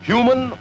Human